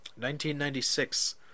1996